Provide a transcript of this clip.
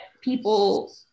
people